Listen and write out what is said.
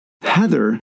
Heather